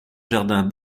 jardin